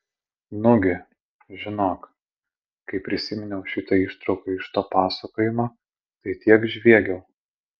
nugi žinok kai prisiminiau šitą ištrauką iš to pasakojimo tai tiek žviegiau